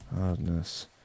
Hardness